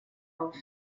auf